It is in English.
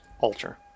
Alter